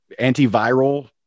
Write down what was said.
antiviral